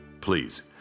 Please